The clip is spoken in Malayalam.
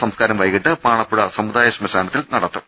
സംസ ്കാരം വൈകിട്ട് പാണപ്പുഴ സമുദായ ശ്മശാനത്തിൽ നടക്കും